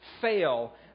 fail